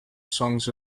songs